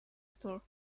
star